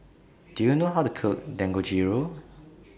Do YOU know How to Cook Dangojiru